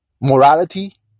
morality